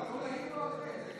אסור לענות, אסור להעיר לו על זה,